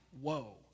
Whoa